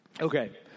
Okay